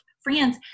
friends